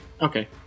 Okay